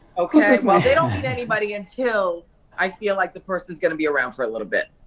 okay, well they don't meet anybody until i feel like the person's gonna be around for a little bit.